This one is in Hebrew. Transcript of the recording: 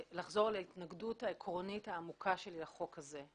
לחזור על ההתנגדות העקרונית העמוקה שלי להצעת החוק הזאת,